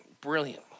brilliant